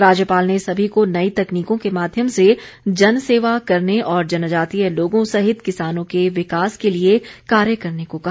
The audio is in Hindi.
राज्यपाल ने सभी को नई तकनीकों के माध्यम से जनसेवा करने और जनजातीय लोगों सहित किसानों के विकास के लिए कार्य करने को कहा